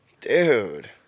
Dude